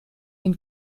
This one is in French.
une